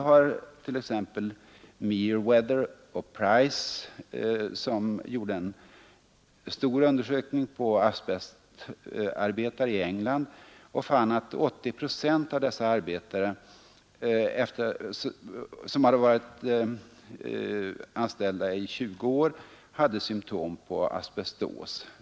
Merewether och Price gjorde exempelvis en stor undersökning om asbestarbetare i England och fann att 80 procent av dessa arbetare, som varit anställda i 20 år, hade symtom på asbestos.